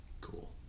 cool